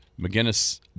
McGinnis